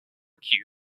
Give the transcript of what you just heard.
acute